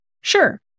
Sure